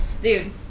Dude